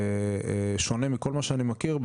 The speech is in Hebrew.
חריג ושונה מכל מה שאני מכיר,